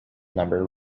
number